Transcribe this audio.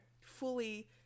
fully